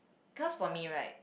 cause for me right